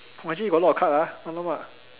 !wah! actually got a lot of card ah !alamak!